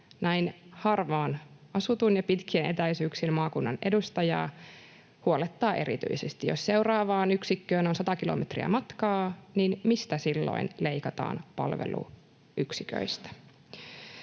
harvaan asutun ja pitkien etäisyyksien maakunnan edustajaa erityisesti. Jos seuraavaan yksikköön on 100 kilometriä matkaa, niin mistä palveluyksiköistä